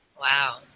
Wow